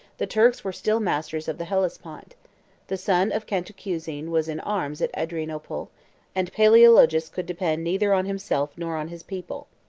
the turks were still masters of the hellespont the son of cantacuzene was in arms at adrianople and palaeologus could depend neither on himself nor on his people.